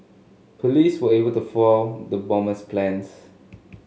police were able to foil the bomber's plans